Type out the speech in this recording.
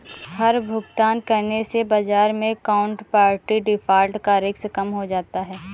हर भुगतान करने से बाजार मै काउन्टरपार्टी डिफ़ॉल्ट का रिस्क कम हो जाता है